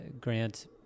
Grant